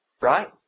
right